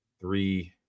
three